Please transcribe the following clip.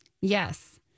Yes